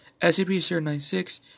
SCP-096